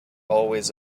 always